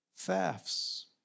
thefts